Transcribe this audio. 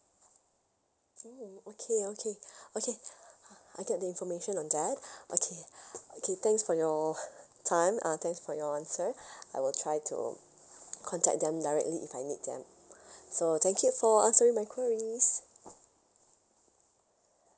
orh okay okay okay I get the information on that okay okay thanks for your time uh thanks for your answer I will try to contact them directly if I need them so thank you for answering my queries